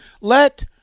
let